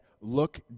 look